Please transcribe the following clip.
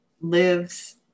lives